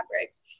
fabrics